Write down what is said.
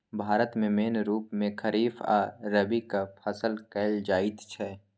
भारत मे मेन रुप मे खरीफ आ रबीक फसल कएल जाइत छै